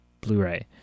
Blu-ray